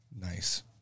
Nice